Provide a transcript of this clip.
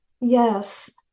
Yes